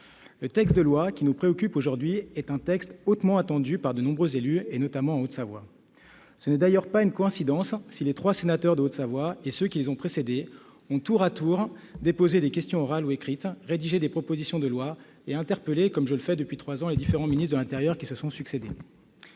le texte de loi qui nous préoccupe aujourd'hui est hautement attendu par de nombreux élus, notamment en Haute-Savoie. Ce n'est d'ailleurs pas une coïncidence si les trois sénateurs de la Haute-Savoie et ceux qui les ont précédés ont, tour à tour, déposé des questions orales ou écrites, rédigé des propositions de loi et interpellé, comme je le fais depuis trois ans, les différents ministres de l'intérieur qui se sont succédé.